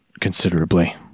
considerably